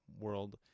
world